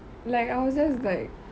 like I was just like